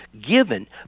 given